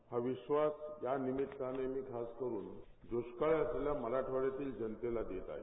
हा अविश्वास यानिमित्ताने मी खासकरून दृष्काळ असलेल्या मराठवाड्यातील जनतेला देत आहे